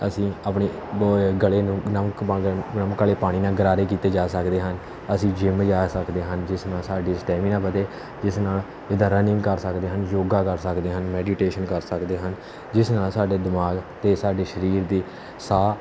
ਅਸੀਂ ਆਪਣੀ ਬੋ ਗਲੇ ਨੂੰ ਨਮਕ ਨਮਕ ਵਾਲੇ ਪਾਣੀ ਨਾਲ ਗਰਾਰੇ ਕੀਤੇ ਜਾ ਸਕਦੇ ਹਨ ਅਸੀਂ ਜਿਮ ਜਾ ਸਕਦੇ ਹਨ ਜਿਸ ਨਾਲ ਸਾਡੀ ਸਟੈਮੀਨਾ ਵਧੇ ਜਿਸ ਨਾਲ ਜਿੱਦਾਂ ਰਨਿੰਗ ਕਰ ਸਕਦੇ ਹਨ ਯੋਗਾ ਕਰ ਸਕਦੇ ਹਨ ਮੈਡੀਟੇਸ਼ਨ ਕਰ ਸਕਦੇ ਹਨ ਜਿਸ ਨਾਲ ਸਾਡੇ ਦਿਮਾਗ ਅਤੇ ਸਾਡੇ ਸਰੀਰ ਦੀ ਸਾਹ